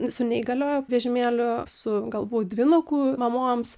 su neįgaliojo vežimėliu su galbūt dvynukų mamoms